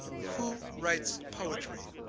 who writes poetry?